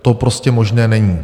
To prostě možné není.